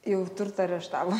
jau turtą areštavo